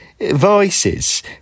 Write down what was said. voices